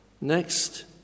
Next